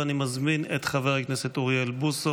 ואני מזמין את חבר הכנסת אוריאל בוסו